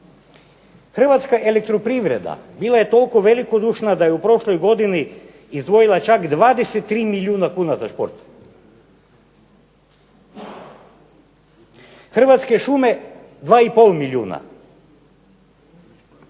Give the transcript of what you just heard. Hrvatska elektroprivreda bila je toliko velikodušna da je u prošloj godini izdvojila čak 23 milijuna kuna za šport. Hrvatske šume 2 i pol milijuna.